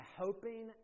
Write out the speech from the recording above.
hoping